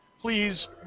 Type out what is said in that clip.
please